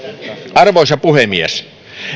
arvoisa puhemies